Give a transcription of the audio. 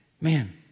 Man